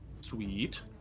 sweet